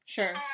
Sure